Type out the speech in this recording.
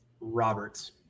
Roberts